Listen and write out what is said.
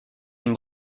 une